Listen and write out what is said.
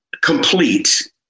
complete